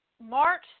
March